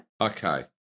Okay